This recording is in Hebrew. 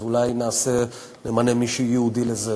אז אולי נמנה מישהו ייעודי לזה,